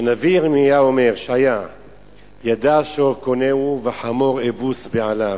הנביא ישעיהו אומר: ידע שור קונהו וחמור אבוס בעליו,